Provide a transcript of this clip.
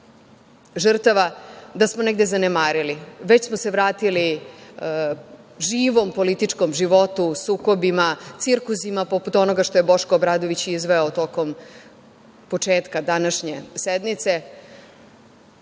žrtava da smo negde zanemarili, već smo se vratili živom političkom životu, sukobima, cirkusima poput onoga što je Boško Obradović izveo tokom početka današnje sednice.